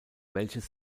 welches